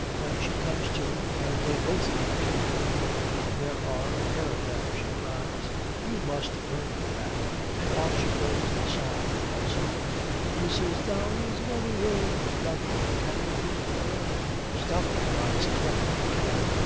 when she comes to, when they both come to, for there are a pair of them, she cries you must learn me that and off she goes in song also mrs. dowey's very ill, nothing can improve her stop! cries clever kenneth,